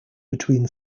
between